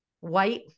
white